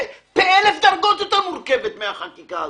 היא באלף דרגות יותר מורכבת מהחקיקה הזאת.